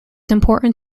important